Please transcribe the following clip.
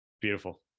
Beautiful